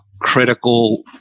critical